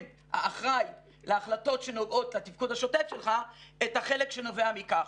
האחראי להחלטות שנוגעות לתפקוד השוטף שלך את החלק שנובע מכך.